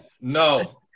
no